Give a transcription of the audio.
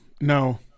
no